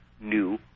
new